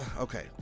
okay